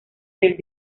del